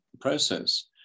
process